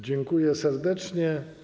Dziękuję serdecznie.